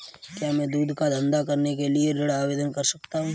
क्या मैं दूध का धंधा करने के लिए ऋण आवेदन कर सकता हूँ?